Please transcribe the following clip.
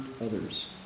others